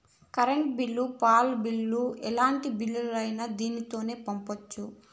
current bill పాల bill ఎలాంటి బిల్లులైనా దీనితోనే పంపొచ్చు